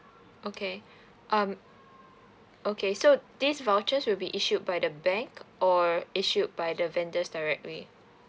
okay um okay so this vouchers will be issued by the bank or issued by the vendors directly